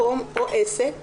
מקום או עסק